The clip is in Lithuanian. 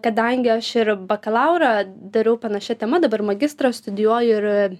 kadangi aš ir bakalaurą dariau panašia tema dabar magistrą studijuoju ir